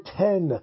ten